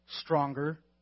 stronger